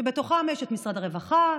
שבתוכם יש את משרד הרווחה,